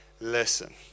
listen